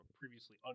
previously